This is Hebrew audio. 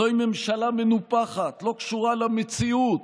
זוהי ממשלה מנופחת, לא קשורה למציאות.